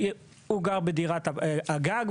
הוא גר בדירת הגג,